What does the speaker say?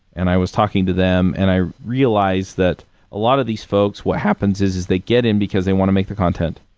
and i was talking to them and i realized that a lot of these folks, what happens is, is they get in because they want to make the content.